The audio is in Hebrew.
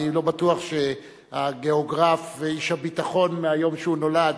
אני לא בטוח שהגיאוגרף ואיש הביטחון מהיום שהוא נולד,